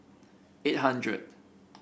eight hundred